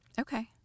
Okay